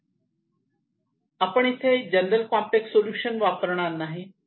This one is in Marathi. आपण इथे जनरल कॉम्प्लेक्स सोल्युशन वापरणार नाहीत